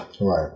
Right